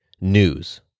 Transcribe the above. News